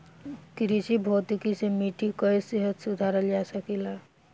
कृषि भौतिकी से मिट्टी कअ सेहत सुधारल जा सकेला